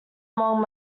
among